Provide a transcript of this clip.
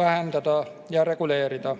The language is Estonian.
vähendada ja reguleerida.